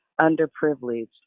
underprivileged